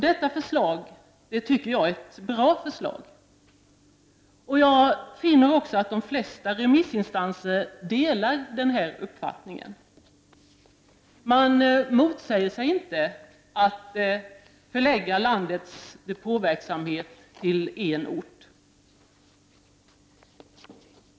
Detta förslag tycker jag är ett bra förslag. Jag finner också att de flesta remissinstanser delar min uppfattning. Man motsätter sig inte att förlägga landets depåverksamhet till en ort.